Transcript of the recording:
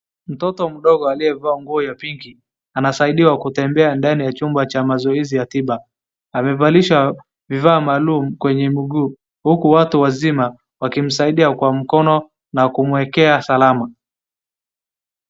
Mtoto mdogo aliyevaa nguo ya pinki anasaidiwa kutembea ndani ya chumba cha mazoezi ya tiba. Amevalishwa vifaa maalum kwenye miguu, huku watu wazima wakimsaidia kwa mkono, na kumwekea salama.